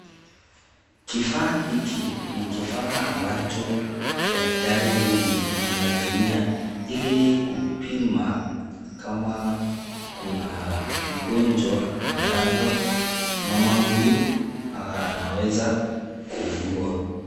Kifaa hiki, ni kifaa ambacho, daktari huyu, ili kupima, kamaa kuna gonjwa, ambalo, mama huyu, anaweza, kuugua.